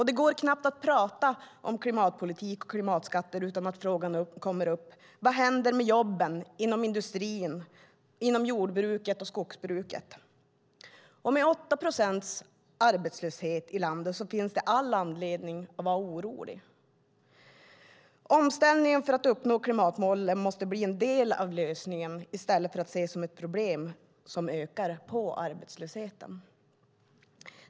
Det går knappt att tala om klimatpolitik och klimatskatter utan att frågan ställs: Vad händer med jobben inom industrin och inom jord och skogsbruket? Med 8 procent arbetslöshet i landet finns det all anledning att vara orolig. Omställningen för att uppnå klimatmålen måste bli en del av lösningen i stället för att ses som ett problem som ökar på arbetslösheten.